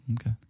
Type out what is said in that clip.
Okay